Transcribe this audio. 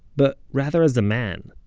but rather as a man.